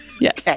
Yes